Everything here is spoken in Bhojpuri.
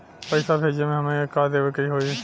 पैसा भेजे में हमे का का देवे के होई?